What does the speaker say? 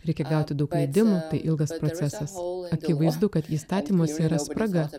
reikia gauti daug leidimų tai ilgas procesas akivaizdu kad įstatymuose yra spraga